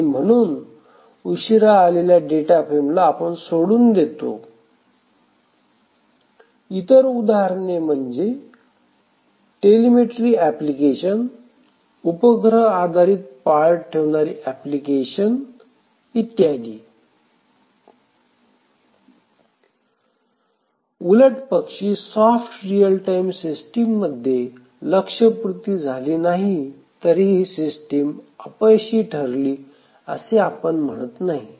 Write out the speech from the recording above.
आणि म्हणून उशिरा आलेल्या डेटाफ्रेमला आपण सोडून देतो इतर उदाहरणे म्हणजे टेलिमेट्री एप्लीकेशन उपग्रह आधारित पाळत ठेवणारे एप्लीकेशन उलटपक्षी सॉफ्ट रिअल टाइम सिस्टीम मध्ये लक्ष्यपूर्ती झाली नाही तरीही ही सिस्टीम अपयशी ठरली असे आपण म्हणत नाही